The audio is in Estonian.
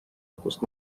kus